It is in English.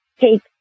take